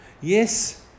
Yes